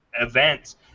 events